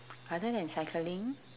other than cycling